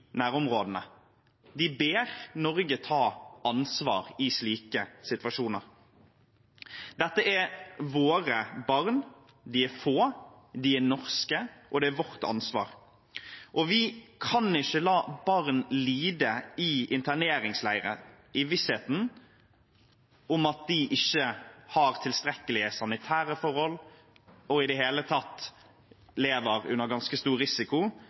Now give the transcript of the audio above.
nærområdene. De ber Norge ta ansvar i slike situasjoner. Dette er våre barn. De er få, de er norske, og det er vårt ansvar. Vi kan ikke la barn lide i interneringsleirer i visshet om at de ikke har tilstrekkelige sanitære forhold og i det hele tatt lever under ganske stor risiko